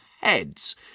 heads